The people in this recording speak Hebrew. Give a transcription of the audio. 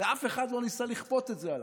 ואף אחד לא ניסה לכפות את זה עליי,